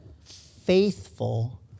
faithful